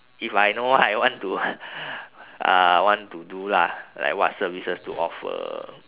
if I know what I want to uh want to do lah like what services to offer